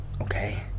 Okay